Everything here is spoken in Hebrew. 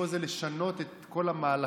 פה זה לשנות את כל המהלכים,